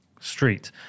street